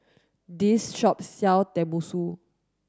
this shop sell Tenmusu